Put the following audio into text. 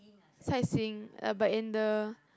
sightseeing uh but in the